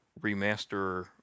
remaster